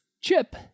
Chip